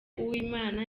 uwimana